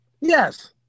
Yes